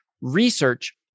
research